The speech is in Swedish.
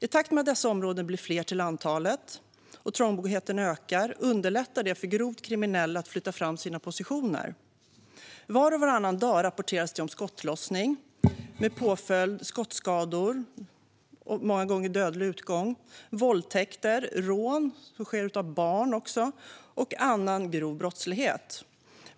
I takt med att dessa områden blir fler till antalet och trångboddheten ökar underlättas för grovt kriminella att flytta fram sina positioner. Var och varannan dag rapporteras det om skottlossning med skottskador som följd, många gånger med dödlig utgång, våldtäkter, rån, även av barn, och annan grov brottslighet.